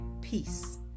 peace